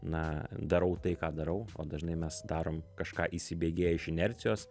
na darau tai ką darau o dažnai mes darom kažką įsibėgėję iš inercijos